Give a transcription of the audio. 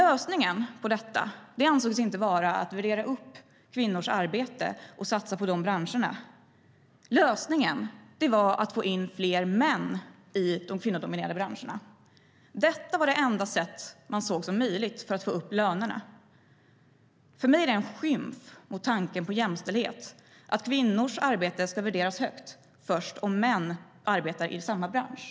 Lösningen på detta ansågs dock inte vara att värdera upp kvinnors arbete och satsa på de branscherna, utan lösningen var att få in fler män i de kvinnodominerade branscherna. Det var det enda sätt man såg som möjligt för att få upp lönerna. För mig är det en skymf mot tanken om jämställdhet att kvinnors arbete ska värderas högt först om män arbetar i samma bransch.